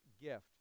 gift